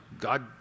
God